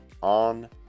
on